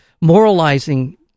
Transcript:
moralizing